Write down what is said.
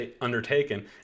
undertaken